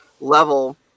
level